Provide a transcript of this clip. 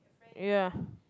ya